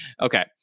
Okay